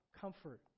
comfort